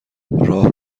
راه